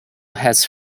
has